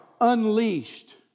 unleashed